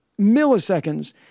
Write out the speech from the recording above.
milliseconds